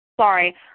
Sorry